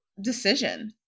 decision